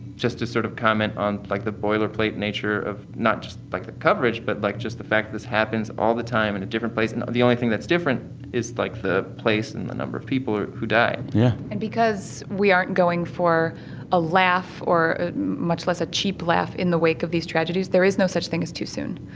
just to sort of comment on, like, the boilerplate nature of not just, like, the coverage but, like, just the fact this happens all the time in a different place. and the only thing that's different is, like, the place and the number of people who died yeah and because we aren't going for a laugh or much less a cheap laugh in the wake of these tragedies, there is no such thing as too soon.